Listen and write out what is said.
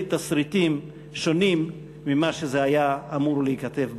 תסריטים שונים ממה שהיה אמור להיכתב במקור.